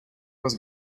was